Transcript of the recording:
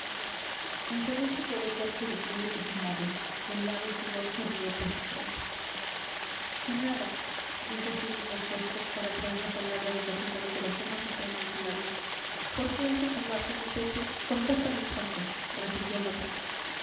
monsalud se quedó yerto y frío y sin habla helado sudor corría por su frente genara dijo haciendo un esfuerzo para traer la palabra de su agitado corazón a sus trémulos labios por qué has de tomar tan a pechos contéstame pronto repitió la voz